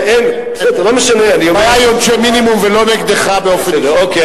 היא עונשי מינימום ולא נגדך באופן אישי.